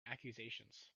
accusations